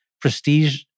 Prestige